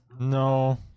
No